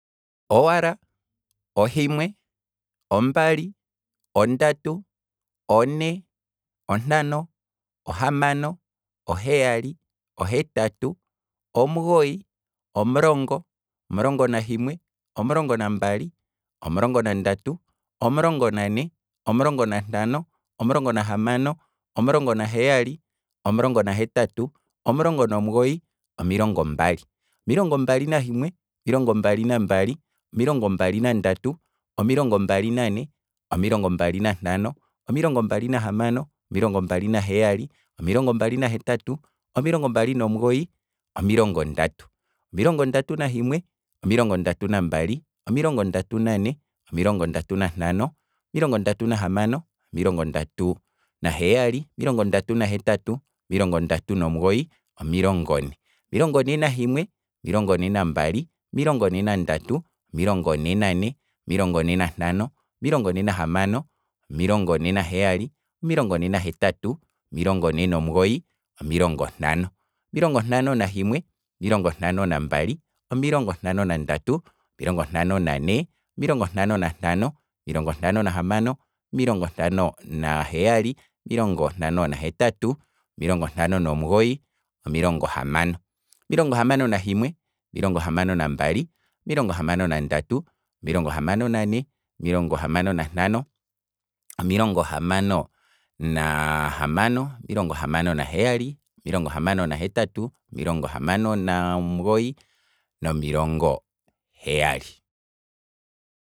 Owala, ohimwe, ombali, ondatu, one, ontano, ohamano, oheyali, ohetatu, omugoyi, omulongo, omulongo nahimwe, omulongo nambali, omulongo nandati, omulongo nane, omulongo nantano, omulongo nahamano, omulongo naheyali, omulongo nahetatu, omulongo nomugoyi, omilongo mbali, omilongo mbali nahimwe, omilongo mbali nambali, omilongo mbali nandatu, omilongo mbali nane, omilongo mbali nantano. omilongo mbali nahamano, omilongo mbali naheyali, omilongo mbali nahetatu, omilongo mbali nomugoyi, omilongo ndatu, omilongo ndatu nahimwe, omilongo ndatu nambali, omilongo ndatu nandatu, omilongo ndatu nane, omilongo ndatu nantano, omilongo ndatu nahamano, omilongo ndatu naheyali, omilongo ndatu nahetatu, omilongo ndatu nomugoyi, omilongo ne, omilongo ne nahimwe, omilongo ne nambali, omilongo ne nandatu, omilongo ne nane, omilongo ne nantano, omilongo ne nahamano, omilongo ne naheyali, omilongo ne nahetatu, omilongo ne nomugoyi, omilongo ntano, omilongo ntano nahimwe, omilongo ntano nambali, omilongo ntano nandatu, omilongo ntano nane, omilongo ntano nantano, omilongo ntano nahamano, omilongo ntano naheyali, omilongo ntano nahetatu, omilongo ntano nomugoyi, omilongo hamano, omilongo hamano nahimwe, omilongo hamano nambali, omilongo hamano nandatu, omilongo hamano nane, omilongo hamano nantano, omilongo hamano nahamano, omilongo hamano naheyali, omilongo hamano nahetatu, omilongo hamano nomugoyi, omilongo heyali